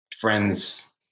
friends